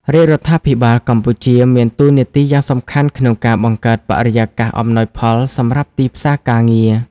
រាជរដ្ឋាភិបាលកម្ពុជាមានតួនាទីយ៉ាងសំខាន់ក្នុងការបង្កើតបរិយាកាសអំណោយផលសម្រាប់ទីផ្សារការងារ។